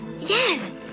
yes